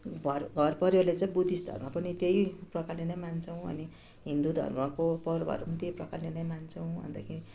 भर घरपरिवारले चाहिँ बुद्धिस्ट धर्म पनि त्यही प्रकारले नै मान्छौँ हामी हिन्दू धर्मको पर्वहरू पनि त्यही प्रकारले नै मान्छौँ अन्तखेरि